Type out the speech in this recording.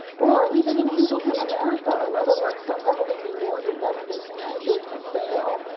or even in angels in america, another work so heavily rewarded that it is too big to fail,